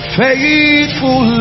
faithful